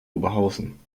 oberhausen